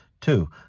two